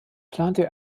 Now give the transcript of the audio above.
plante